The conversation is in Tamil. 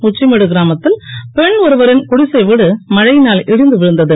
உச்சிமேடு இராமத்தில் பெண் ஒருவரின் குடிசை வீடு மழையினால் இடிந்து விழுந்தது